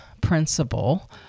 principle